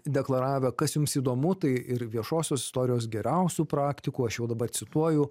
deklaravę kas jums įdomu tai ir viešosios istorijos geriausių praktikų aš jau dabar cituoju